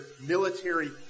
military